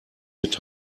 mit